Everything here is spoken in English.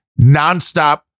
nonstop